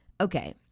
okay